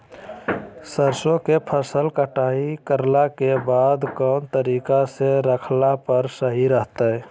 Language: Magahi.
सरसों के फसल कटाई करला के बाद कौन तरीका से रखला पर सही रहतय?